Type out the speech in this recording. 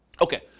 Okay